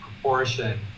proportion